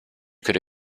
could